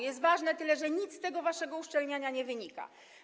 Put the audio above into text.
Jest ważne, tylko że nic z tego waszego uszczelniania nie wynika.